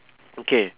okay